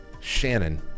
Shannon